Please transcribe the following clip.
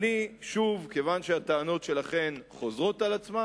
מכיוון שהטענות שלכם חוזרות על עצמן,